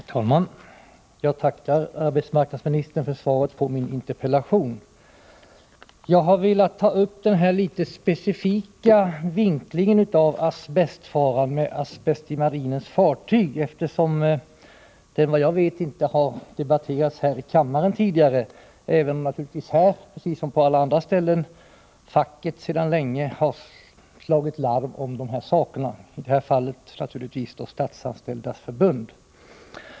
Herr talman! Jag tackar arbetsmarknadsministern för svaret på min interpellation. Jag har velat ta upp denna specifika vinkling av asbestfaran — asbest i marinens fartyg — eftersom den vad jag vet inte har debatterats här i kammaren tidigare, även om man naturligtvis också här, precis som på alla andra ställen, från fackets sida sedan länge har slagit larm om farorna. I det här fallet gäller det Statsanställdas förbund.